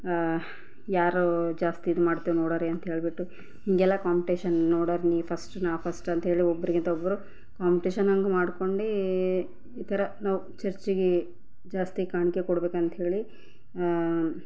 ಯಾರು ಜಾಸ್ತಿ ಇದು ಮಾಡ್ತಾರೆ ನೋಡೋರಿ ಅಂತ ಹೇಳಿಬಿಟ್ಟು ಹೀಗೆಲ್ಲ ಕಾಂಪ್ಟೇಷನ್ ನೋಡೋಮಿ ಫಸ್ಟ್ ನಾ ಫಸ್ಟ್ ಅಂತ ಹೇಳಿ ಒಬ್ಬರಿಗಿಂತ ಒಬ್ಬರು ಕಾಂಪ್ಟೇಷನ್ ಹಂಗೆ ಮಾಡ್ಕೊಂಡು ಈ ಥರ ನಾವು ಚರ್ಚಿಗೆ ಜಾಸ್ತಿ ಕಾಣಿಕೆ ಕೊಡ್ಬೇಕಂಥೇಳಿ